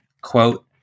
Quote